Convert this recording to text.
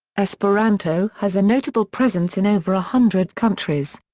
esperanto has a notable presence in over a hundred countries.